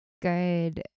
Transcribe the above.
good